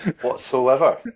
whatsoever